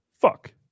Fuck